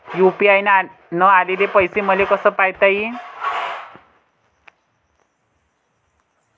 UPI न आलेले पैसे मले कसे पायता येईन?